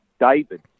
David